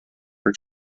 for